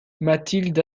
mathilde